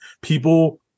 people